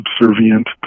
subservient